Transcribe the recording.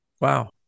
Wow